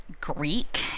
Greek